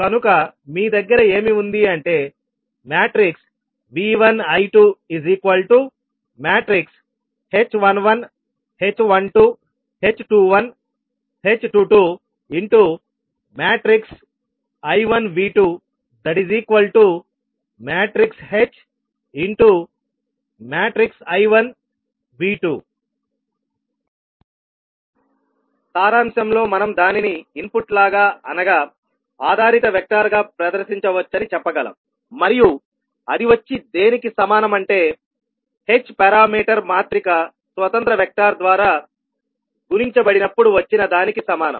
కనుక మీ దగ్గర ఏమి ఉంది అంటే V1 I2 h11 h12 h21 h22 I1 V2 hI1 V2 సారాంశంలో మనం దానిని ఇన్పుట్ లాగా అనగా ఆధారిత వెక్టార్ గా ప్రదర్శించవచ్చని చెప్పగలం మరియు అది వచ్చి దేనికి సమానం అంటే h పారామీటర్ మాత్రిక స్వతంత్ర వెక్టార్ ద్వారా గుణించబడినప్పుడు వచ్చిన దానికి సమానం